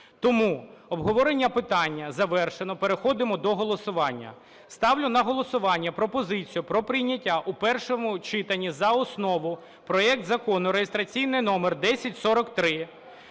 Тому обговорення питання завершено, переходимо до голосування. Ставлю на голосування пропозицію про прийняття у першому читанні за основу проект Закону (реєстраційний номер 1043)